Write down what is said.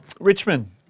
Richmond